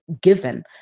given